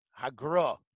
Hagro